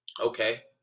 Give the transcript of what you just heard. Okay